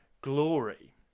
glory